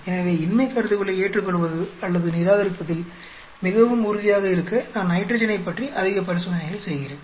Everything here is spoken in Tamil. எனவே இன்மை கருதுகோளை ஏற்றுக்கொள்வது அல்லது நிராகரிப்பதில் மிகவும் உறுதியாக இருக்க நான் நைட்ரஜனைப் பற்றி அதிக பரிசோதனைகள் செய்கிறேன்